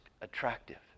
attractive